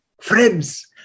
Friends